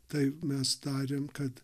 tai mes tariam kad